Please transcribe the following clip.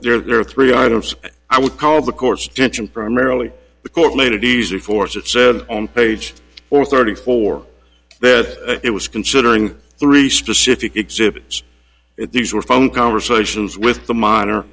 that there are three items i would call the court's attention primarily the court ladies or force it said on page four thirty four that it was considering three specific exhibits these were phone conversations with the minor